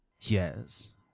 Yes